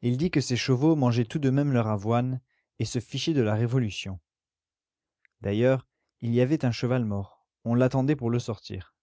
il dit que ses chevaux mangeaient tout de même leur avoine et se fichaient de la révolution d'ailleurs il y avait un cheval mort on l'attendait pour le sortir